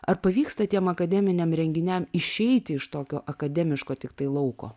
ar pavyksta tiem akademiniam renginiam išeiti iš tokio akademiško tiktai lauko